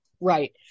Right